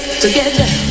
together